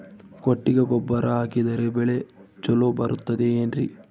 ಕೊಟ್ಟಿಗೆ ಗೊಬ್ಬರ ಹಾಕಿದರೆ ಬೆಳೆ ಚೊಲೊ ಬರುತ್ತದೆ ಏನ್ರಿ?